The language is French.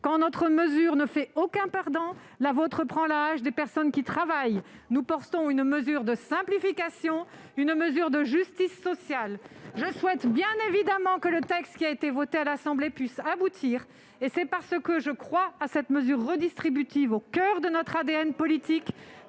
Quand notre mesure ne fait aucun perdant, la vôtre prend l'AAH des personnes qui travaillent. Nous portons une mesure de simplification, une mesure de justice sociale. Je souhaite que le texte qui a été voté à l'Assemblée nationale aboutisse. Parce que je crois à cette mesure redistributive qui est au coeur de notre ADN politique,